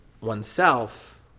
oneself